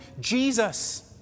Jesus